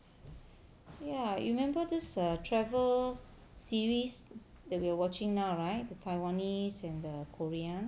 ya you remember this err travel series that we are watching now right the taiwanese and the korean